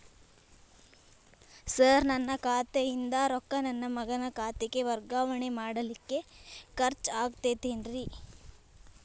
Sir ನನ್ನ ಖಾತೆಯಿಂದ ರೊಕ್ಕ ನನ್ನ ಮಗನ ಖಾತೆಗೆ ವರ್ಗಾವಣೆ ಮಾಡಲಿಕ್ಕೆ ಖರ್ಚ್ ಆಗುತ್ತೇನ್ರಿ?